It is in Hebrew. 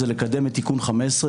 זה לקדם את תיקון 15,